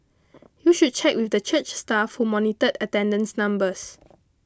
you should check with the church staff who monitored attendance numbers